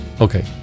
Okay